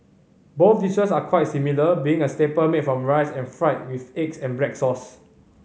both dishes are quite similar being a staple made from rice and fried with eggs and black sauce